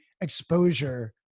exposure